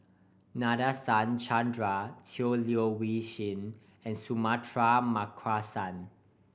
Nadasen Chandra Tan Leo Wee Hin and Suratman Markasan